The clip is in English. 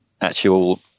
actual